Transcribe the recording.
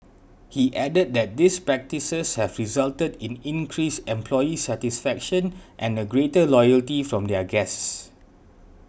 he added that these practices have resulted in increased employee satisfaction and a greater loyalty from their guests